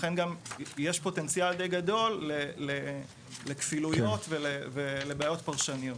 לכן יש גם פוטנציאל די גדול לכפילויות ולבעיות פרשניות.